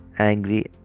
Angry